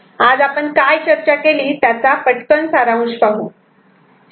आज आपण काय चर्चा केली त्याचा पटकन सारांश पाहू